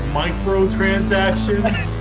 microtransactions